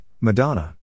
Madonna